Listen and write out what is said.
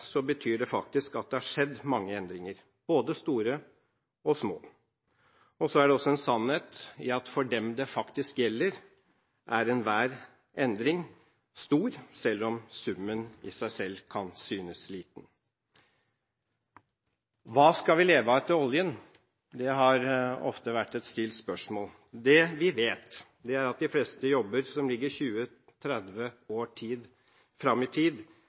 Så er det også en sannhet i at for dem det faktisk gjelder, er enhver endring stor selv om summen i seg selv kan synes liten. Hva skal vi leve av etter oljen? Det har vært et ofte stilt spørsmål. Det vi vet, er at de fleste jobber som ligger 20–30 år fram i tid,